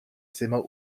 zimmer